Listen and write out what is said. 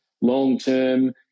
long-term